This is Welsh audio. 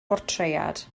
bortread